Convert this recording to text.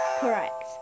correct